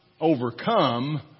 overcome